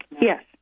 Yes